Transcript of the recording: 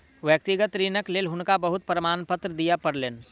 व्यक्तिगत ऋणक लेल हुनका बहुत प्रमाणपत्र दिअ पड़लैन